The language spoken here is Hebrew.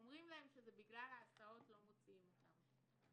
אומרים להם שבגלל ההסעות לא מוציאים אותם.